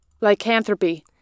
Lycanthropy